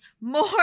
more